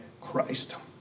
Christ